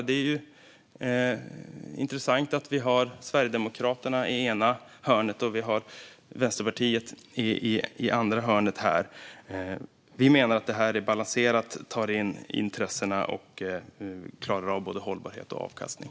Det är intressant att vi har Sverigedemokraterna i ena hörnet och Vänsterpartiet i andra hörnet här. Vi menar att förslaget är balanserat, tar in intressena och klarar av både hållbarhet och avkastning.